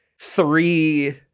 three